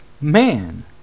man